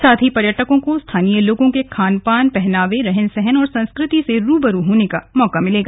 साथ ही पर्यटकों को स्थानीय लोगों के खानपान पहनावे रहन सहन और संस्कृति से रु ब रु होने का मौका मिलेगा